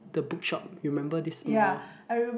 the book shop you remember this mall